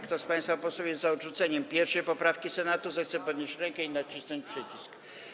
Kto z państwa posłów jest za odrzuceniem 1. poprawki Senatu, zechce podnieść rękę i nacisnąć przycisk.